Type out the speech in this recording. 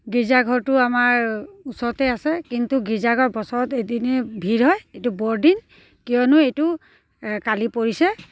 গীৰ্জাঘৰটো আমাৰ ওচৰতেই আছে কিন্তু গীৰ্জাঘৰ বছৰত এদিনে ভিৰ হয় এইটো বৰদিন কিয়নো এইটো কালি পৰিছে